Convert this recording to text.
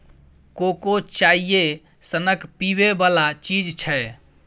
cocoa चाइए सनक पीबै बला चीज छै